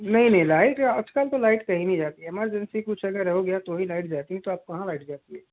नहीं नहीं लाइट आज कल तो लाइट कहीं नहीं जानती है एमरजेंसी कुछ अगर हो गया तो ही लाइट जाती हैं तो अब कहाँ लाइट जाती है